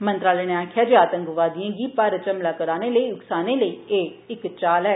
मंत्रालय नै आक्खेआ ऐ जे आतंकवादिएं गी भारत च हमला करने लेई उकसाने आली एह् इक चाल ऐ